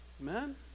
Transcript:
Amen